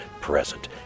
present